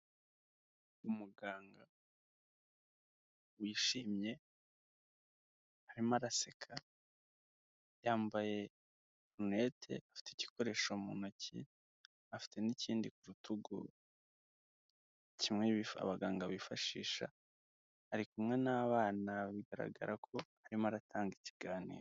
Umuganga wishimye arimo araseka, yambaye rinete afite igikoresho mu ntoki afite n'ikindi ku rutugu kimwe bishe abaganga bifashisha, ari kumwe n'abana bigaragara ko arimo aratanga ikiganiro.